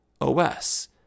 OS